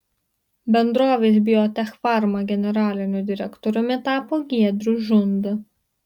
bendrovės biotechfarma generaliniu direktoriumi tapo giedrius žunda